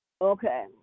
Okay